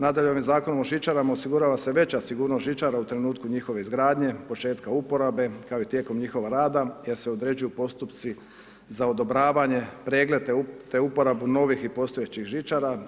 Nadalje ovim Zakonom o žičarama osigurava se veća sigurnost žičara u trenutku njihove izgradnje od početka uporabe kao i tijekom njihovog rada jer se uređuju postupci za odobravanje, preglede te uporabu novih i postojećih žičara.